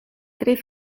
tre